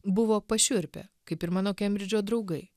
buvo pašiurpę kaip ir mano kembridžo draugai